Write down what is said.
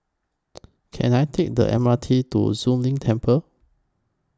Can I Take The M R T to Zu Lin Temple